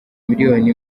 miliyoni